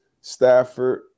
Stafford